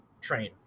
train